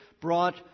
brought